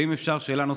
ואם אפשר שאלה נוספת,